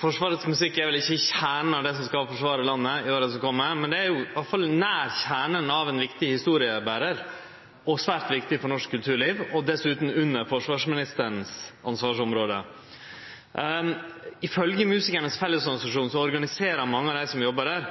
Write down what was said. Forsvarets musikk er vel ikkje i kjernen av det som skal forsvare landet i åra som kjem, men det er iallfall nær kjernen av ein viktig historieberar og svært viktig for norsk kulturliv – og dessutan under ansvarsområdet til forsvarsministeren. Ifølgje Musikernes fellesorganisasjon, som organiserer mange av dei som jobbar der,